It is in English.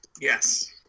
Yes